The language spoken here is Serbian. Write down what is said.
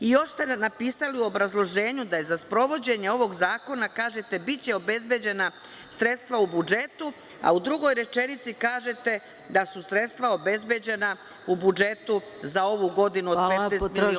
Još ste napisali u obrazloženju da će za sprovođenje ovog zakona biti obezbeđena sredstva u budžetu, a u drugoj rečenici kažete da su sredstva obezbeđena u budžetu za ovu godinu od 15 miliona evra.